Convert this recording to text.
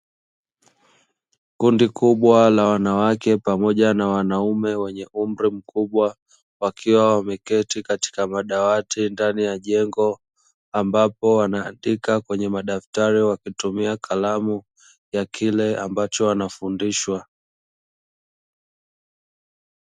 Kundi kubwa la wanawake pamoja na wanaume wenye umri mkubwa wakiwa wameketi katika madawati ndani ya jengo, ambapo wanaandika kwenye madaftari wakitumia kalamu ya kile ambacho wanafundishwa.